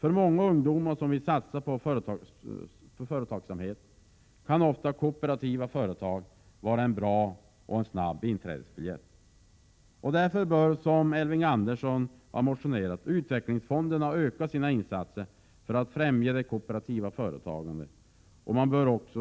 För ungdomar som snabbt vill satsa på företagsamhet kan ofta kooperativa företag vara en bra inträdesbiljett. Därför bör — som Elving Andersson har motionerat om — utvecklingsfonderna öka sina insatser för att främja kooperativt företagande.